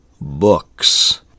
books